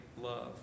love